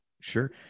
Sure